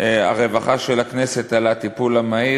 הרווחה של הכנסת, על הטיפול המהיר.